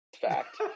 Fact